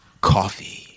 coffee